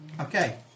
Okay